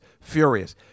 furious